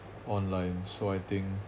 online so I think